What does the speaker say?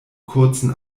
kurzen